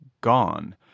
gone